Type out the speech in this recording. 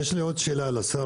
יש לי עוד שאלה לשר.